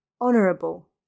honourable